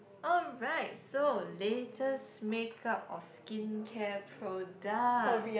alright so latest makeup or skincare product